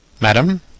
Madam